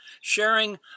sharing